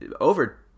over